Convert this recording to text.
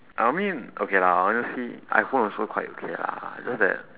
I mean okay lah honestly iphone also quite okay lah just that